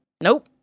Nope